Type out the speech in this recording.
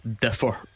differ